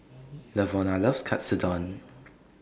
Lavona loves Katsudon